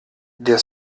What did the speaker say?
der